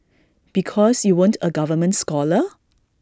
because you weren't A government scholar